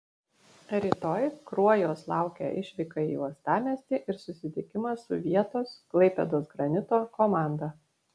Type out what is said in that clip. rytoj kruojos laukia išvyka į uostamiestį ir susitikimas su vietos klaipėdos granito komanda